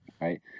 Right